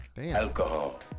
Alcohol